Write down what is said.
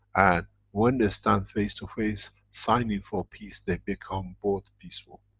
and when they stand face to face, signing for peace, they become both peaceful.